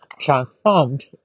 transformed